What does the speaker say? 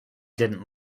didn’t